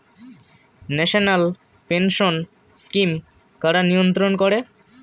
National pension scheme কারা নিয়ন্ত্রণ করে?